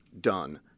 done